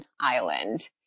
island